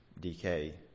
decay